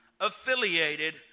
affiliated